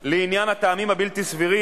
בעמלות בתי-העסק,